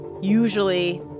usually